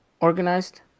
organized